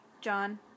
John